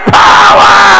power